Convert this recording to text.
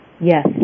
Yes